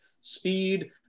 speed